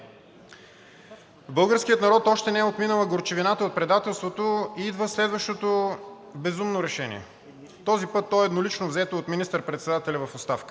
българския народ още не е отминала и горчивината от предателството и идва следващото безумно решение, този път то е еднолично взето от министър-председателя в оставка.